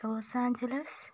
Los Angeles